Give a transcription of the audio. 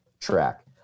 track